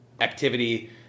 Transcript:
activity